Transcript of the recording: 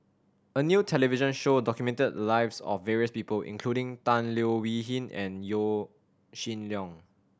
a new television show documented the lives of various people including Tan Leo Wee Hin and Yaw Shin Leong